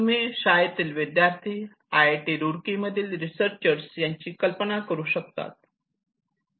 तुम्ही शाळेतील विद्यार्थी आयआयटी रूर्की मधील रिसर्चर यांची कल्पना करू शकतात